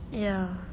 ya